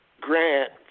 grant